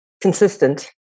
consistent